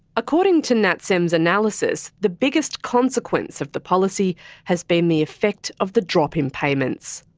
according to natsem's analysis, the biggest consequence of the policy has been the effect of the drop in payments.